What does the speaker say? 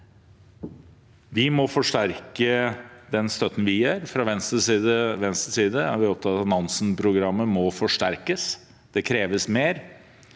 Vi må forsterke den støtten vi gir. Fra Venstres side er vi opptatt av at Nansen-programmet må forsterkes. Det kreves mer.